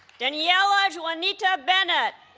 daniella juanita bennett